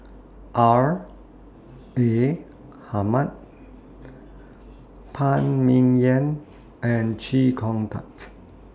R A Hamid Phan Ming Yen and Chee Kong Tet